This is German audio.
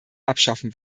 abschaffen